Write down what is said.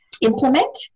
implement